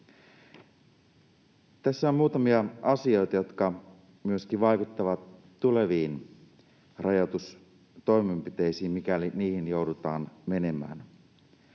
Tässä on muutamia asioita, jotka vaikuttavat myöskin tuleviin rajoitustoimenpiteisiin, mikäli niihin joudutaan menemään.